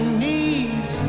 knees